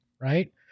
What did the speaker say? right